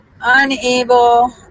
Unable